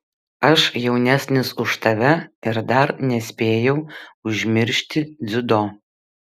aš jaunesnis už tave ir dar nespėjau užmiršti dziudo